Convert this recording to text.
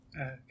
Okay